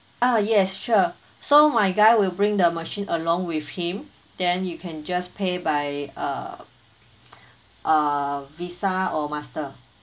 oh yes sure so my guy will bring the machine along with him then you can just pay by uh uh visa or master